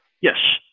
Yes